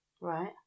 Right